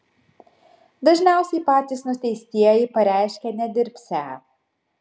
dažniausiai patys nuteistieji pareiškia nedirbsią